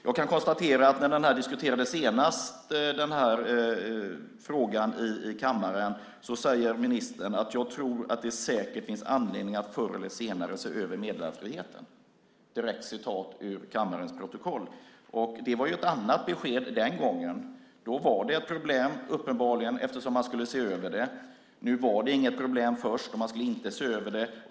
Jag kan konstatera att när denna fråga senast diskuterades i kammaren sade ministern att hon trodde att det säkert finns anledning att förr eller senare se över meddelarfriheten. Det var ett annat besked den gången. Då var det uppenbarligen ett problem eftersom man skulle se över det. Nu var det först inget problem, och man skulle inte se över det.